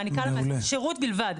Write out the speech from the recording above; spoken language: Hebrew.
שירות בלבד.